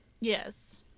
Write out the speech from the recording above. yes